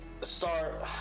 start